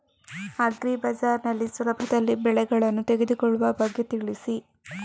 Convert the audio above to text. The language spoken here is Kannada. ಅಗ್ರಿ ಬಜಾರ್ ನಲ್ಲಿ ಸುಲಭದಲ್ಲಿ ಬೆಳೆಗಳನ್ನು ತೆಗೆದುಕೊಳ್ಳುವ ಬಗ್ಗೆ ತಿಳಿಸಿ